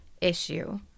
issue